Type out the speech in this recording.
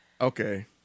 okay